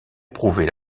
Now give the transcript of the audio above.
prouver